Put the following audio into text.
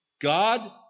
God